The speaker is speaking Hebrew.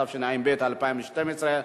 התשע"ב 2012,